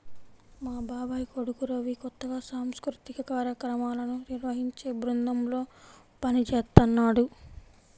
మా బాబాయ్ కొడుకు రవి కొత్తగా సాంస్కృతిక కార్యక్రమాలను నిర్వహించే బృందంలో పనిజేత్తన్నాడు